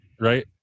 right